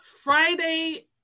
Friday